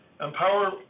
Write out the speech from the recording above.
Empower